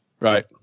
Right